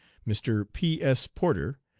mr. p. s. porter,